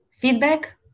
Feedback